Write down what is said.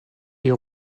est